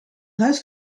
huis